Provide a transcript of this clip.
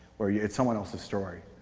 where it's someone else's story.